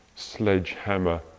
sledgehammer